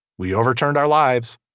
we overturned our lives.